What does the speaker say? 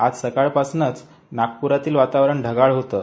आज सकाळपासनचं नागप्रातील वातावरण ढगाळ होतं